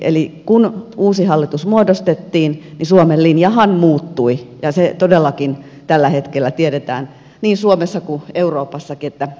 eli kun uusi hallitus muodostettiin niin suomen linjahan muuttui ja se todellakin tällä hetkellä tiedetään niin suomessa kuin euroopassakin että näin kävi